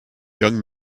young